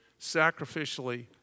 sacrificially